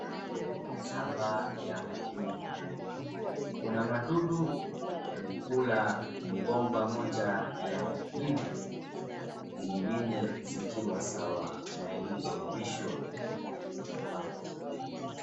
Hapo ni shamba ya mahindi kuna madudu wamekula mgomba moja ya mahindi zingine zikiwa sawa na ilichoonyeshwa hapo.